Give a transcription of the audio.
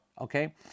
Okay